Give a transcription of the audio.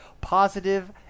positive